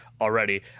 already